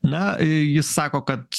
na jis sako kad